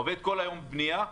עובד כל היום בבנייה,